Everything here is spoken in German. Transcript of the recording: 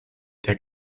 der